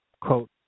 quote